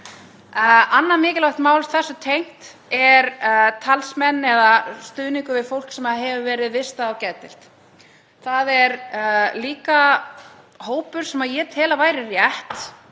Annað mikilvægt mál þessu tengt er talsmenn eða stuðningur við fólk sem hefur verið vistað á geðdeild. Það er líka hópur sem ég tel að væri rétt